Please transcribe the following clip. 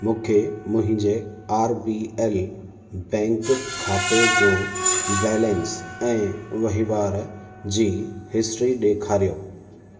मूंखे मुंहिंजे R B L bank खाते जो बैलेंस ऐं वहिंवार जी हिस्ट्री ॾेखारियो